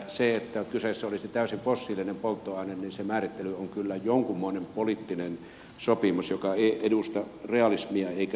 se määrittely että kyseessä olisi täysin fossiilinen polttoaine on kyllä jonkunmoinen poliittinen sopimus joka ei edusta realismia eikä totuutta